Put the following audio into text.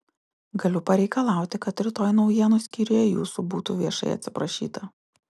galiu pareikalauti kad rytoj naujienų skyriuje jūsų būtų viešai atsiprašyta